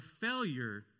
failure